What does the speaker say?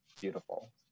beautiful